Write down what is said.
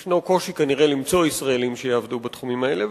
יש קושי כנראה למצוא ישראלים שיעבדו בתחומים האלה,